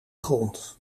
grond